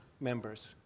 members